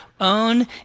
own